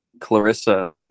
Clarissa